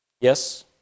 yes